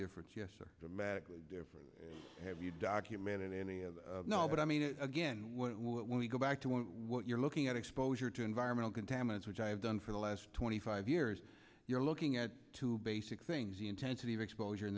different yes or dramatically different have you documented any other no but i mean again when you go back to what you're looking at exposure to environmental contaminants which i have done for the last twenty five years you're looking at two basic things the intensity of exposure